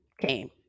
came